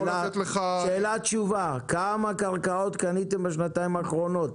תענה על השאלה: כמה קרקעות קניתם בשנתיים האחרונות?